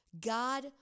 God